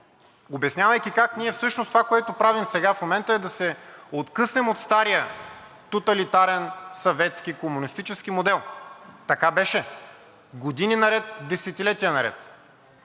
обяснявайки как ние всъщност това, което правим сега в момента, е да се откъснем от стария тоталитарен съветски комунистически модел. Така беше години наред, десетилетия наред.